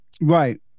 right